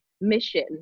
mission